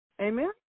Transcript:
Amen